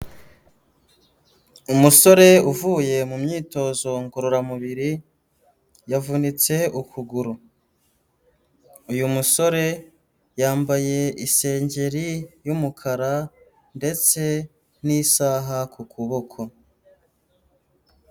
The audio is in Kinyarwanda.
Umusore uvuye mu myitozo ngororamubiri yavunitse ukuguru, uyu musore yambaye isengeri y'umukara ndetse n'isaha ku kuboko.